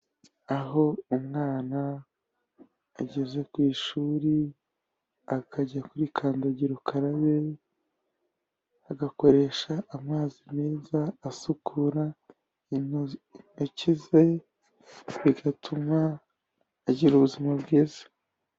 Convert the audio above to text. Aho umwana ageze ku ishuri akajya kuri kandagira ukarabe, agakoresha amazi meza asukura intoki ze bigatuma agira ubuzima bwiza.